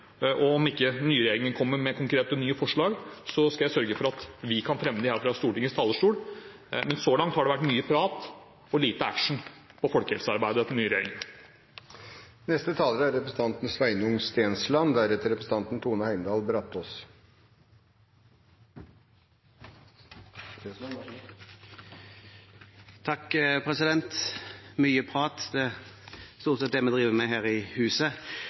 Og om ikke den nye regjeringen kommer med nye konkrete forslag, skal jeg sørge for at vi kan fremme dem her fra Stortingets talerstol. Så langt har det vært mye prat og lite action i folkehelsearbeidet til den nye regjeringen. «Mye prat» – det er